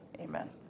Amen